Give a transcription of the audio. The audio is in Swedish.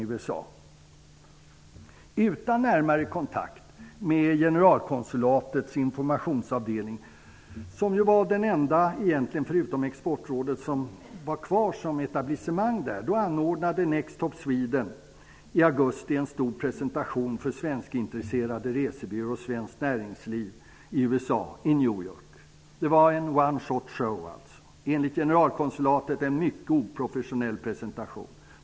Utan närmare kontakt med generalkonsulatets informationsavdelning, som ju var den enda egentligen, förutom Exportrådet, som var kvar som etablissemang där, anordnade Next Stop Sweden i augusti en stor presentation för svenskintresserade resebyråer och svenskt näringsliv i USA, i New York, enligt generalkonsulatet en mycket oprofessionell presentation.